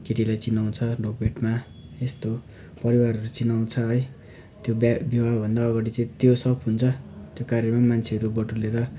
केटीलाई चिनाउँछ ढोगभेटमा यस्तो परिवारहरू चिनाउँछ है त्यो बिहा विवाहभन्दा अगाडि चाहिँ त्यो सब हुन्छ त्यो कार्यक्रम मान्छेहरू बटुलेर